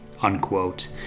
Unquote